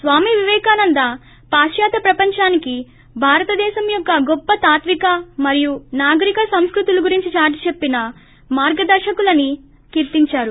స్వామి విపేకానంద పాశ్వాత్య ప్రపంచానికి భారతదేశం యొక్క గొప్ప తాత్విక మరియు నాగరిక సంస్కృతులు గురించి చాటి చెప్పిన మార్గదర్పకులని కీర్తించారు